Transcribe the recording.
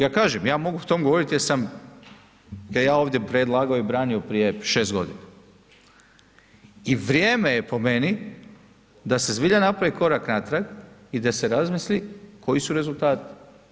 Ja kažem, ja mogu o tome govoriti jer sam ga ja ovdje predlagao i branio prije 6 godina i vrijeme je po meni da se zapravo napravi korak natrag i da se razmisli koji rezultati.